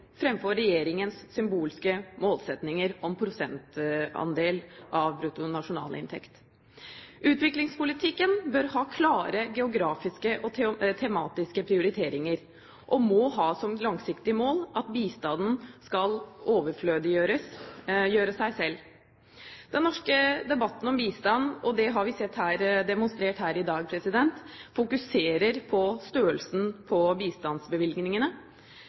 fremfor regjeringens symbolske målsetninger om prosentandel av bruttonasjonalinntekt. Utviklingspolitikken bør ha klare geografiske og tematiske prioriteringer og må ha som langsiktig mål at bistanden skal overflødiggjøre seg selv. Den norske debatten om bistand – og det har vi sett demonstrert her i dag – fokuserer på størrelsen på bistandsbevilgningene,